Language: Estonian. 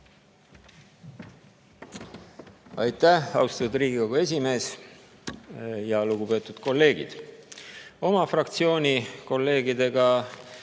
Aitäh, austatud Riigikogu esimees! Lugupeetud kolleegid! Oma fraktsiooni kolleegidega